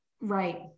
Right